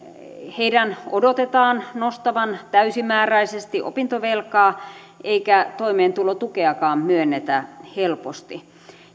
heidän odotetaan nostavan täysimääräisesti opintovelkaa eikä toimeentulotukeakaan myönnetä helposti